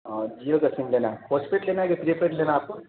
ہاں جیو کا سم لینا ہے پوسٹ پیڈ لینا ہے کہ پری پیڈ لینا ہے آپ کو